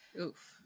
Oof